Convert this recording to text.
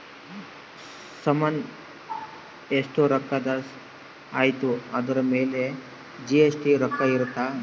ಸಾಮನ್ ಎಸ್ಟ ರೊಕ್ಕಧ್ ಅಯ್ತಿ ಅದುರ್ ಮೇಲೆ ಜಿ.ಎಸ್.ಟಿ ರೊಕ್ಕ ಇರುತ್ತ